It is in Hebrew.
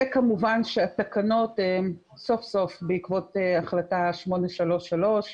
וכמובן שהתקנות סוף סוף, בעקבות החלטה 833,